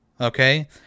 okay